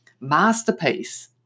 masterpiece